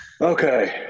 Okay